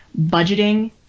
Budgeting